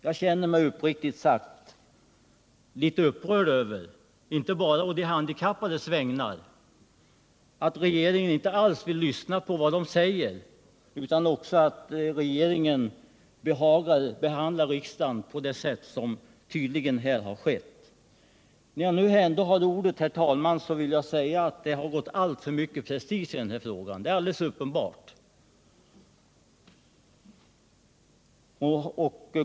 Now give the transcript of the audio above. Uppriktigt sagt känner jag mig upprörd över inte bara att regeringen inte alls vill lyssna på vad de handikappade säger, utan också att regeringen behagar behandla riksdagen på det sätt som tydligen här har skett. När jag nu ändå har ordet, herr talman, vill jag säga att det har gått alltför mycket prestige i denna fråga. Det är alldeles uppenbart.